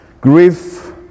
grief